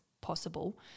possible